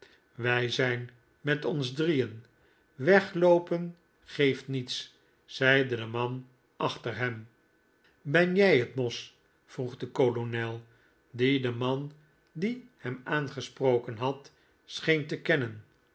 wij zijn met ons drieen wegloopen geeft niets zeide de man achter hem ben jij het moss vroeg de kolonel die den man die hem aangesproken had scheen te kennen